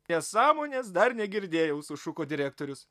nesąmonės dar negirdėjau sušuko direktorius